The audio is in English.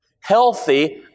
healthy